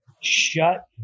shut